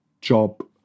job